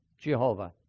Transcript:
Jehovah